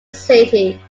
city